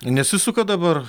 nesisuka dabar